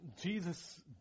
Jesus